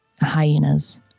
hyenas